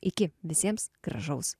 iki visiems gražaus